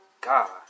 God